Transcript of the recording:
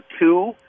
two